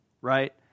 right